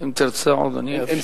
אם תרצה עוד, אני אוסיף.